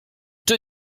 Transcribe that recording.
czy